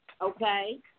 Okay